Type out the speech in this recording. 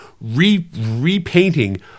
repainting